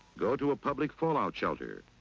go to a public fallout shelter.